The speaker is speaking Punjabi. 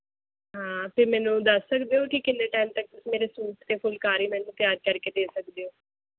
ਹਾਂ ਅਤੇ ਮੈਨੂੰ ਦੱਸ ਸਕਦੇ ਓ ਕਿ ਕਿੰਨੇ ਟਾਈਮ ਤੱਕ ਤੁਸੀਂ ਮੇਰੇ ਸੂਟ ਅਤੇ ਫੁਲਕਾਰੀ ਮੈਨੂੰ ਤਿਆਰ ਕਰਕੇ ਦੇ ਸਕਦੇ ਓ